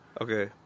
Okay